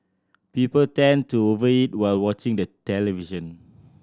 people tend to over eat while watching the television